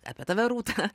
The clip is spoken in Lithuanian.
apie tave rūta